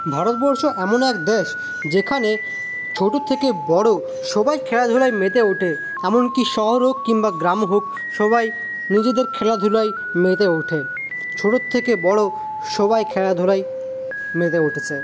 ভারতবর্ষ এমন এক দেশ যেখানে ছোটো থেকে বড়ো সবাই খেলাধুলায় মেতে ওঠে এমনকি শহর হোক কিংবা গ্রাম হোক সবাই নিজেদের খেলাধুলায় মেতে ওঠে ছোটোর থেকে বড়ো সবাই খেলাধুলায় মেতে উঠেছে